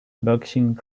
boxing